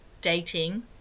dating